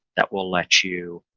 that will let you